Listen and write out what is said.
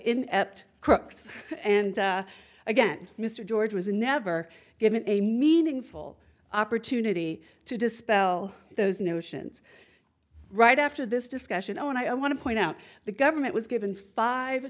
inept crooks and again mr george was never given a meaningful opportunity to dispel those notions right after this discussion i want to i want to point out the government was given five a